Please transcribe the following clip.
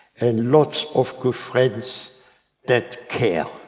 and lots of good friends that care.